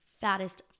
fattest